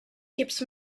keeps